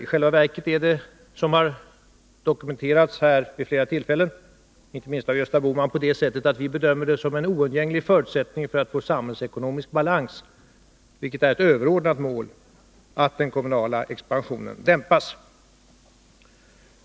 I själva verket är det så — vilket har dokumenterats vid flera tillfällen, inte minst av Gösta Bohman — att vi bedömer det vara en oundgänglig förutsättning för att få samhällsekonomisk balans, vilket är ett överordnat mål, att den kommunala expansionen dämpas.